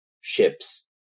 ships